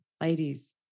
ladies